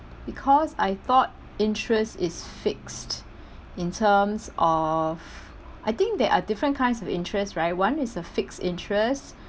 because I thought interest is fixed in terms of I think there are different kinds of interest right one is a fixed interest